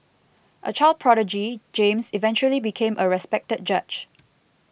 a child prodigy James eventually became a respected judge